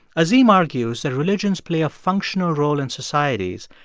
azim argues that religions play a functional role in societies,